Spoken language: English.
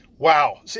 Wow